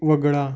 वगळा